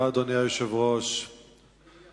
אדוני היושב-ראש, תודה.